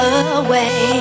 away